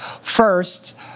First